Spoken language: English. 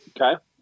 Okay